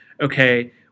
okay